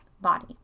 body